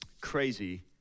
crazy